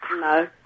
No